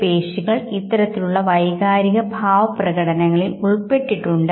സ്വാഭാവികമായും നമ്മുടെ സാംസ്കാരിക പരിസ്ഥിതികളിൽ നിങ്ങൾ എങ്ങനെയുണ്ട്